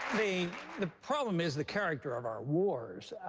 the the problem is the character of our wars.